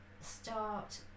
start